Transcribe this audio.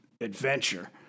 adventure